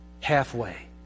halfway